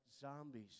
zombies